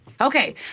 Okay